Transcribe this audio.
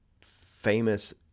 famous